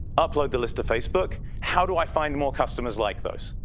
upload the list to facebook. how do i find more customers like those?